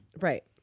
right